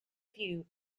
view